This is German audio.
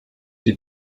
die